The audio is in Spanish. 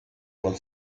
con